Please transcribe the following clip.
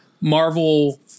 Marvel